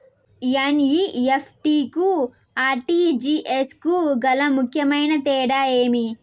NEFT కు RTGS కు గల ముఖ్యమైన తేడా ఏమి?